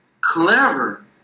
clever